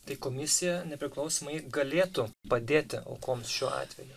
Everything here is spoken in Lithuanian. tai komisija nepriklausomai galėtų padėti aukoms šiuo atveju